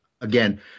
again